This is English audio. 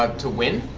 ah to win?